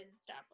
stop